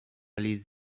list